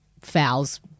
fouls